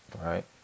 right